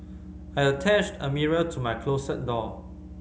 I'll attached a mirror to my closet door